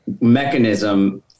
mechanism